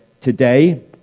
today